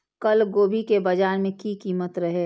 कल गोभी के बाजार में की कीमत रहे?